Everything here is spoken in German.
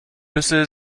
nüsse